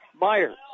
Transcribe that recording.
Myers